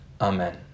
Amen